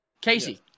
Casey